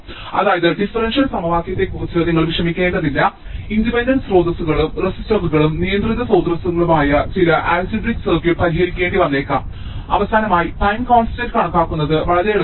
അതായത് ഡിഫറൻഷ്യൽ സമവാക്യത്തെക്കുറിച്ച് നിങ്ങൾ വിഷമിക്കേണ്ടതില്ല ഇൻഡിപെൻഡന്റ് സ്രോതസ്സുകളും റെസിസ്റ്ററുകളും നിയന്ത്രിത സ്രോതസ്സുകളുമുള്ള ചില അൽജിബ്രൈക് സർക്യൂട്ട് പരിഹരിക്കേണ്ടി വന്നേക്കാം അവസാനമായി ടൈം കോൺസ്റ്റന്റ് കണക്കാക്കുന്നത് വളരെ എളുപ്പമാണ്